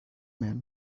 man